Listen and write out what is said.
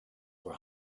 were